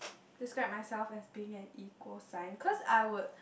describe myself as being an equal sign cause I would